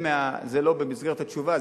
זה לא במסגרת התשובה,